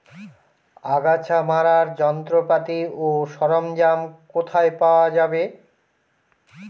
আগাছা মারার যন্ত্রপাতি ও সরঞ্জাম কোথায় পাওয়া যাবে?